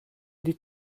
die